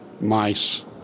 mice